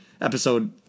episode